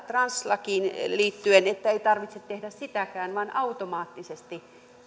translakiin liittyen että ei tarvitse tehdä sitäkään vaan automaattisesti